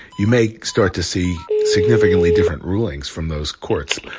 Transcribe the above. you may start to see significantly different rulings from those courts.